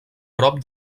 prop